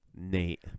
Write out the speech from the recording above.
Nate